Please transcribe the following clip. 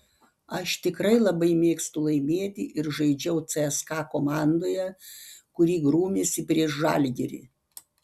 aš tikrai labai mėgstu laimėti ir žaidžiau cska komandoje kuri grūmėsi prieš žalgirį